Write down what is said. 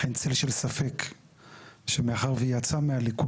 אבל אין צל של ספק שמאחר שהיא יצאה מהליכוד,